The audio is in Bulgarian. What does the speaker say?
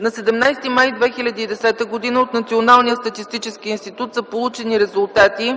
На 17 май 2010 г. от Националния статистически институт са получени резултати